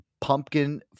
pumpkin